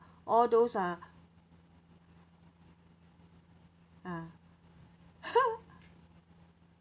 all those ah ah